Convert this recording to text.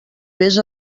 vés